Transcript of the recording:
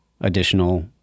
additional